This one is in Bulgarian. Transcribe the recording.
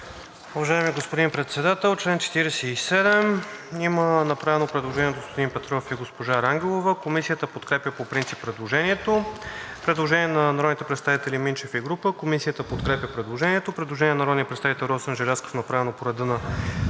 Уважаеми господин Председател! По чл. 47 има направено предложение от господин Петров и госпожа Рангелова. Комисията подкрепя по принцип предложението. Предложение на народните представители Минчев и група. Комисията подкрепя предложението. Предложение на народния представител Росен Желязков, направено по реда на